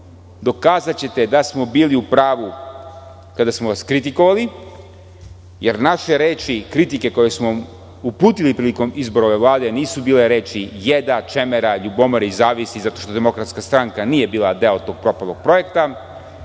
dokazaćete da smo bili u pravu kada smo vas kritikovali, jer naše reči i kritike koje smo uputili prilikom izbora ove Vlade nisu bile reči jeda, čemera, ljubomore i zavisti zato što DS nije bila deo tog propalog projekta,